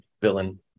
villain